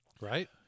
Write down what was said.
right